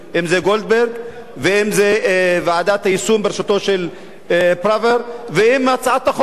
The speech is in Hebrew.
אם גולדברג ואם ועדת היישום בראשותו של פראוור ואם הצעת החוק.